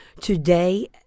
today